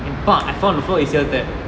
and I fall on the floor A_C_L tear